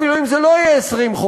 אפילו אם זה לא יהיה 20 חודש,